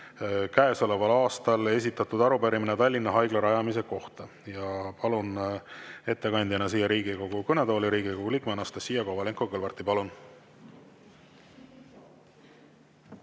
käesoleval aastal esitatud arupärimine Tallinna Haigla rajamise kohta. Palun ettekandjana siia Riigikogu kõnetooli Riigikogu liikme Anastassia Kovalenko-Kõlvarti. Palun!